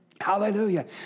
Hallelujah